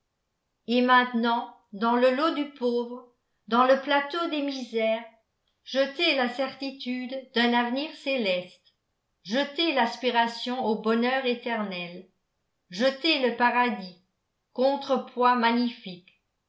et maintenant dans le lot du pauvre dans le plateau des misères jetez la certitude d'un avenir céleste jetez l'aspiration au bonheur éternel jetez le paradis contre-poids magnifique